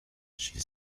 she